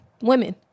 women